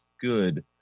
good